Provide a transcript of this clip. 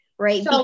right